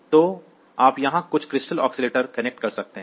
तो आप यहां कुछ क्रिस्टल ऑसिलेटर कनेक्ट कर सकते हैं